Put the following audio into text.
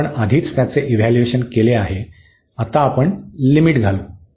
आपण आधीच त्याचे इव्हॅल्यूएशन केले आहे आता आपण लिमिट घालू